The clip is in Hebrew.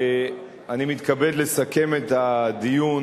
אני מתכבד לסכם את הדיון